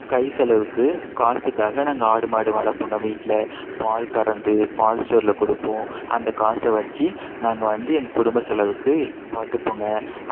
கைசெலவுக்கு காசுக்காக நாங்கள் ஆடு மாடு வளர்ப்போங்க வீட்டில் பால் கறந்து பால் ஸ்டோரில் கொடுப்போம் அந்த காசை வச்சு நாங்கள் வந்து எங்கள் குடும்ப செலவுக்கு பார்த்துப்போங்க